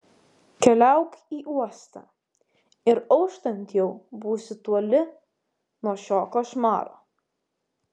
keliauk į uostą ir auštant jau būsi toli nuo šio košmaro